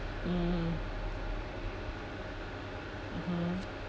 mmhmm mmhmm